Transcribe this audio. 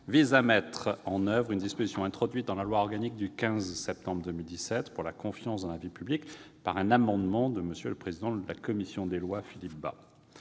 vise à mettre en oeuvre une disposition introduite dans la loi organique du 15 septembre 2017 pour la confiance dans la vie politique l'adoption d'un amendement du président de votre commission des lois, M. Philippe Bas.